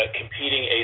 competing